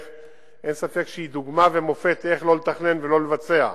ואין ספק שהיא דוגמה ומופת איך לא לתכנן ולא לבצע.